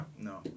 No